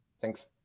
Thanks